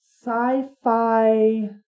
sci-fi